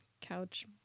couch